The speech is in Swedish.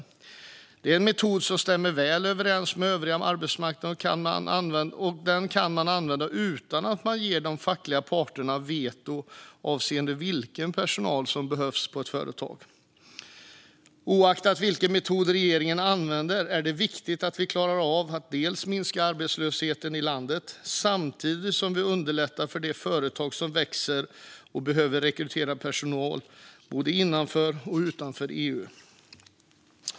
Detta är en metod som stämmer väl överens med den övriga arbetsmarknaden, och den kan man använda utan att man ger de fackliga parterna veto avseende vilken personal som behövs på ett företag. Oavsett vilken metod regeringen använder är det viktigt att vi klarar av att minska arbetslösheten i landet samtidigt som vi underlättar för de företag som växer och behöver rekrytera personal både innanför och utanför EU.